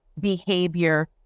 behavior